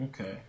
okay